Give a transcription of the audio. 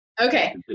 Okay